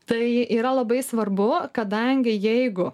tai yra labai svarbu kadangi jeigu